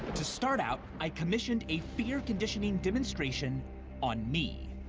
to start out, i commissioned a fear-conditioning demonstration on me.